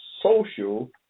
social